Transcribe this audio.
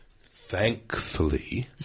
thankfully